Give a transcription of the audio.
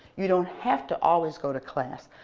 you don't have to always go to class.